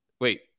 Wait